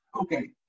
Okay